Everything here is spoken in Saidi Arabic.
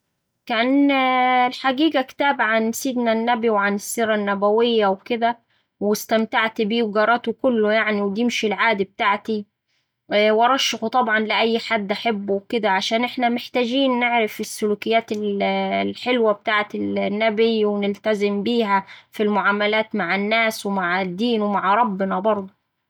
كان الحقيقة كتاب عن سيدنا النبي وعن السيرة النبوية وكدا واستمتعت بيه وقريته كله يعني ودي مش العادي بتاعتي. وأرشحه طبعا لأي حد أحبه وكدا عشان إحنا محتاجين نعرف السلوكيات ال الحلوة بتاعة النبي ونلتزم بيها في المعاملات مع الناس ومع الدين ومع ربنا برده.